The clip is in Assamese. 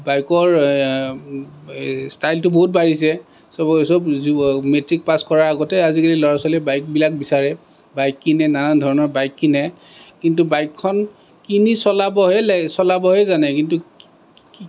বাইকৰ ষ্টাইলটো বহুত বাঢ়িছে চব মেট্ৰিক পাছ কৰাৰ আগতে আজিকালি ল'ৰা ছোৱালীয়ে বাইকবিলাক বিচাৰে বাইক কিনে নানান ধৰণৰ বাইক কিনে কিন্তু বাইকখন কিনি চলাবহে চলাবহে জানে কিন্তু